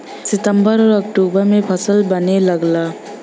सितंबर आउर अक्टूबर में फल बने लगला